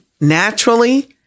naturally